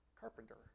carpenter